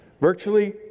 Virtually